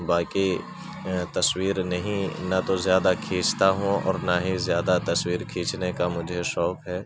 باقی تصویر نے ہی نہ تو زیادہ کھینچتا ہوں اور نہ ہی زیادہ تصویر کھینچنے کا مجھے شوق ہے